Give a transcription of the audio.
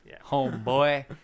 homeboy